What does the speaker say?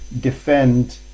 defend